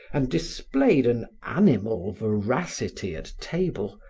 and displayed an animal voracity at table,